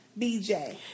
BJ